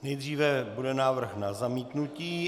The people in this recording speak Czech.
Nejdříve bude návrh na zamítnutí.